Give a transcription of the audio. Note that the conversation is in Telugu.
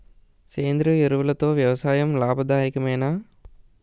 సేంద్రీయ ఎరువులతో వ్యవసాయం లాభదాయకమేనా?